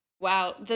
Wow